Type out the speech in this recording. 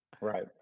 Right